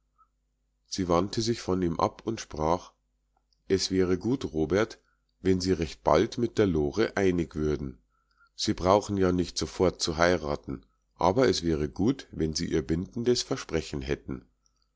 sie wandte sich von ihm ab und sprach es wäre gut robert wenn sie recht bald mit der lore einig würden sie brauchen ja nicht sofort zu heiraten aber es wäre gut wenn sie ihr bindendes versprechen hätten